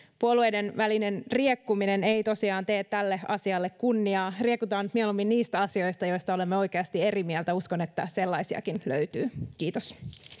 puolueiden välinen riekkuminen ei tosiaan tee tälle asialle kunniaa riekutaan mieluummin niistä asioista joista olemme oikeasti eri mieltä uskon että sellaisiakin löytyy kiitos